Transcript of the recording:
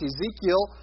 Ezekiel